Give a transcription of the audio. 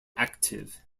active